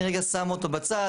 אני רגע שם אותו בצד.